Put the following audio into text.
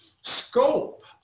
scope